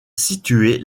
située